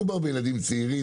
מדובר בילדים צעירים,